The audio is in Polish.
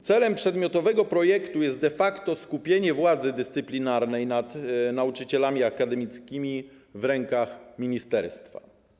Celem przedmiotowego projektu jest de facto skupienie władzy dyscyplinarnej nad nauczycielami akademickimi w rękach ministerstwa.